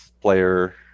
player